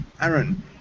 Aaron